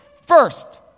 First